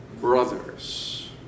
brothers